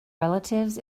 relatives